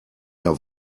der